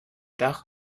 dach